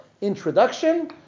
introduction